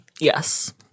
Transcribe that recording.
Yes